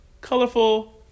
Colorful